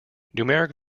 numeric